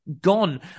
gone